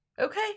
Okay